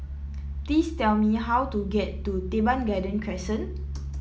please tell me how to get to Teban Garden Crescent